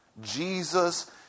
jesus